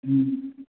ꯎꯝ